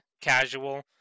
casual